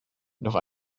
noch